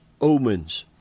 omens